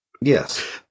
Yes